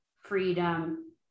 freedom